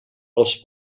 als